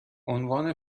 عنوان